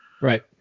Right